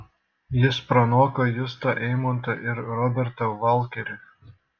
jis pranoko justą eimontą ir robertą valkerį